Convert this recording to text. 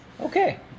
Okay